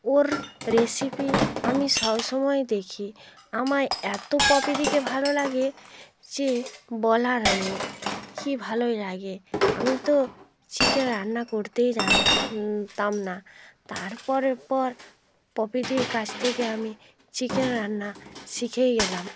ওর recipe আমি সব সময় দেখি আমার এত পপিদিকে ভালো লাগে যে বলার নেই কি ভালোই লাগে আমি তো চিকেন রান্না করতেই জানতাম না তারপরের পর পপিদির কাছ থেকে আমি চিকেন রান্না শিখেই গেলাম